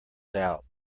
doubt